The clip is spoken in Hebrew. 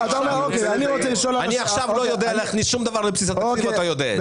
אני עכשיו לא יודע להכניס שום דבר לבסיס התקציב ואתה יודע את זה.